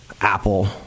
Apple